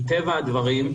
מטבע הדברים,